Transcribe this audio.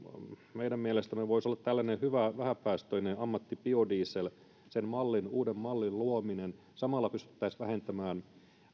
meidän mielestämme voisi olla tällainen hyvä vähäpäästöinen ammattibiodiesel uuden mallin luominen samalla pystyttäisiin vähentämään